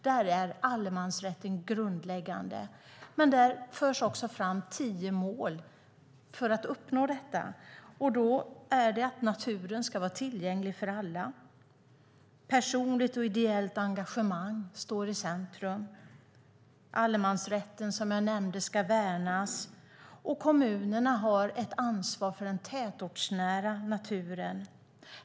Det förs också fram tio mål för att uppnå detta. Det handlar om att naturen ska vara tillgänglig för alla, att personligt och ideellt engagemang ska stå i centrum, att allemansrätten ska värnas och att kommunerna har ett ansvar för den tätortsnära naturen.